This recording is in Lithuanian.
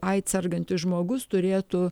aids sergantis žmogus turėtų